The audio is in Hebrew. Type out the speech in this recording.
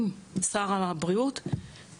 יש כאן עושק